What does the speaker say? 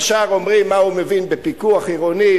ישר אומרים: מה הוא מבין בפיקוח עירוני,